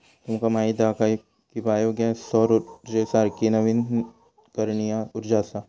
तुमका माहीत हा काय की बायो गॅस सौर उर्जेसारखी नवीकरणीय उर्जा असा?